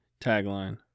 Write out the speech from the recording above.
tagline